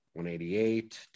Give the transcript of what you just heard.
188